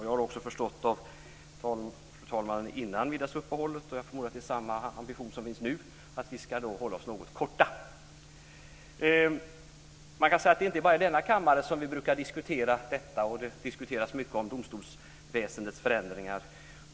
Jag har också förstått av fru talmannen före middagsuppehållet - och jag förmodar att det är samma ambition som finns nu - att vi ska hålla oss något korta. Man kan säga att det inte bara är i denna kammare som vi brukar diskutera detta och som det diskuteras mycket om domstolsväsendets förändringar.